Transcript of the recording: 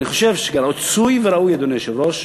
רצוי וראוי, אדוני היושב-ראש,